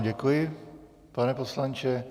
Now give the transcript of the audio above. Děkuji vám, pane poslanče.